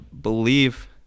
believe